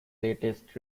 latest